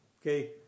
Okay